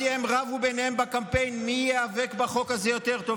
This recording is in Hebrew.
הם רבו ביניהם בקמפיין מי ייאבק בחוק הזה יותר טוב.